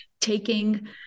taking